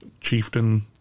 chieftain